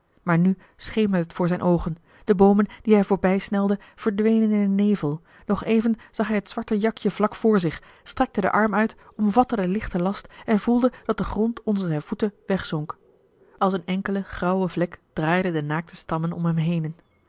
maar nu schemerde t voor zijn oogen de boomen die hij voorbij snelde verdwenen in een nevel nog even zag hij het zwarte jakje vlak voor zich strekte den arm uit omvatte den lichten last en voelde dat de grond onder zijn voeten wegzonk als een enkele grauwe vlek draaiden de naakten stammen om hem henen